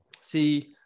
see